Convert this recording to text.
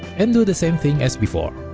and do the same thing as before